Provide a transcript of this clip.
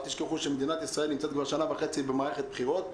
אבל אל תשכחו שמדינת ישראל נמצאת כבר שנה וחצי במערכת בחירות,